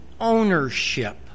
ownership